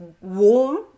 warm